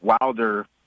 Wilder